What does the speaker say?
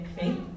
faith